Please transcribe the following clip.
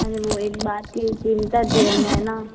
अरे वो एक बात की चिंता थी हमें ना